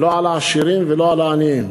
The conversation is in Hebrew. לא על העשירים ולא על העניים.